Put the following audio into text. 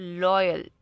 loyal